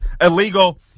illegal